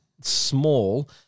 small –